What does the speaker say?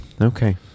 Okay